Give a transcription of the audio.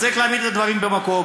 צריך להגיד את הדברים במקום.